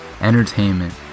Entertainment